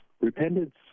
repentance